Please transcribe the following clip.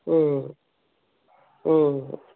ಹ್ಞೂ ಹ್ಞೂ